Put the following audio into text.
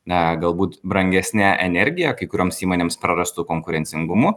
na galbūt brangesne energija kai kurioms įmonėms prarastu konkurencingumu